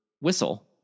whistle